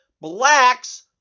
blacks